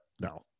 no